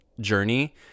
journey